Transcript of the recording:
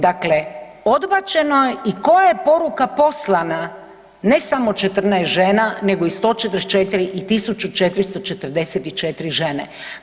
Dakle, odbačeno je i koja je poruka poslana, ne samo 14 žena, nego i 144 i 1444 žene.